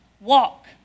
walk